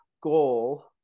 goal